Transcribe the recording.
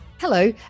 Hello